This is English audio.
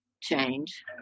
change